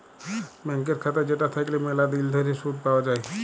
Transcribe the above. ব্যাংকের খাতা যেটা থাকল্যে ম্যালা দিল ধরে শুধ পাওয়া যায়